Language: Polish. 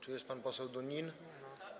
Czy jest pan poseł Dunin?